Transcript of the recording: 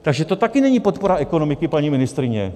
Takže to taky není podpora ekonomiky, paní ministryně.